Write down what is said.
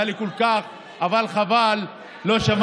היה לי כל כך, הינה, היא נותנת לו עוד.